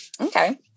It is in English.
Okay